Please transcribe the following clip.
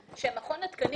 דיון שתוכנן שיהיה טכני